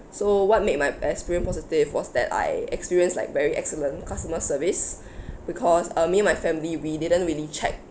so what made my experience positive was that I experienced like very excellent customer service because um me with my family we didn't really check